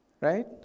Right